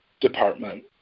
Department